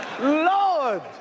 Lord